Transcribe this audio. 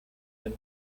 and